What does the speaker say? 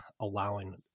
allowing